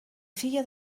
filla